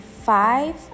five